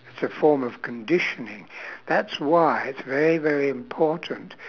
it's a form of conditioning that's why it's very very important